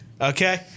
okay